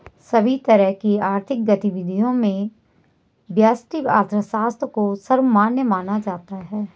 सभी तरह की आर्थिक गतिविधियों में व्यष्टि अर्थशास्त्र को सर्वमान्य माना जाता है